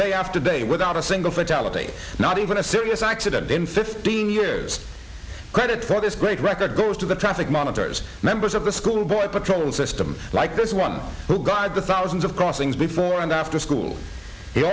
day after day without a single fatality not even a serious accident in fifteen years credit for this great record goes to the traffic monitors members of the school board patrolling the system like this one who guide the thousands of crossings before and after school he